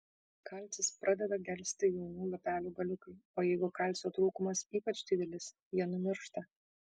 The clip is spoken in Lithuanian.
kalcis pradeda gelsti jaunų lapelių galiukai o jeigu kalcio trūkumas ypač didelis jie numiršta